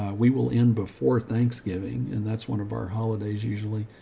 we will end before thanksgiving and that's one of our holidays usually,